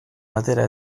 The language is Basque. batera